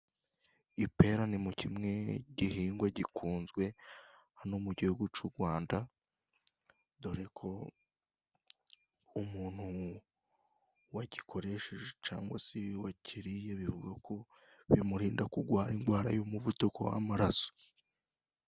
Ipera ni kimwe mu gihingwa gikunzwe hano mu gihugu cy'u Rwanda, dore ko umuntu wagikoresheje cyangwa se wakiriye, bivugwa ko bimurinda kurwara indwara y'umuvuduko w'amaraso.